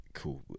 Cool